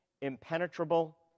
impenetrable